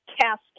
casket